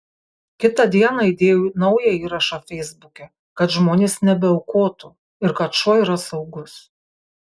kitą dieną įdėjau naują įrašą feisbuke kad žmonės nebeaukotų ir kad šuo yra saugus